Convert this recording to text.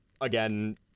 Again